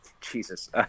Jesus